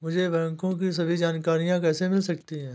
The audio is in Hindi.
मुझे बैंकों की सभी जानकारियाँ कैसे मिल सकती हैं?